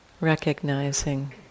recognizing